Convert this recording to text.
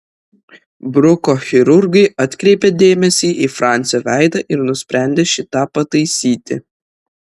bruko chirurgai atkreipė dėmesį į fransio veidą ir nusprendė šį tą pataisyti